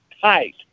tight